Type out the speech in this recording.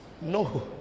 No